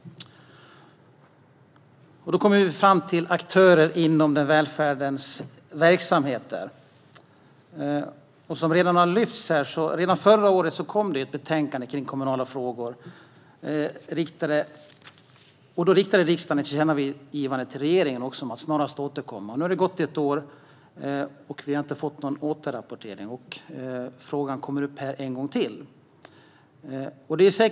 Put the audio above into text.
Vad gäller aktörer inom välfärdens verksamheter kom redan förra året ett betänkande om kommunala frågor. Då riktade riksdagen ett tillkännagivande till regeringen om att snarast återkomma. Nu har det gått ett år utan att vi har fått någon återrapport, och frågan kommer upp en gång till.